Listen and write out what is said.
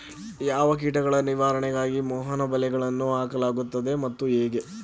ಯಾವ ಕೀಟಗಳ ನಿವಾರಣೆಗಾಗಿ ಮೋಹನ ಬಲೆಗಳನ್ನು ಹಾಕಲಾಗುತ್ತದೆ ಮತ್ತು ಹೇಗೆ?